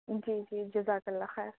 جی جی جزاک اللہ خیر